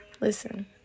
Listen